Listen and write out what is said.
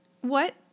What